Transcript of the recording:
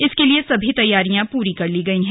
इसके लिए सभी तैयारियां पूरी कर ली गई हैं